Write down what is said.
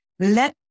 Let